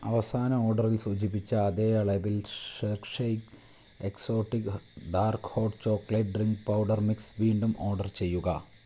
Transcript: അവസാന ഓർഡറിൽ സൂചിപ്പിച്ച അതേ അളവിൽ Hershey's exotic dark hot chocolate drink powder mix വീണ്ടും ഓർഡർ ചെയ്യുക